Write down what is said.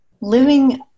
living